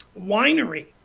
Winery